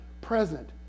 present